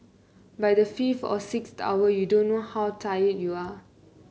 by the fifth or sixth hour you don't know how tired you are